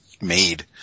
made